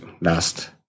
last